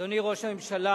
אדוני ראש הממשלה,